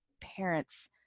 parents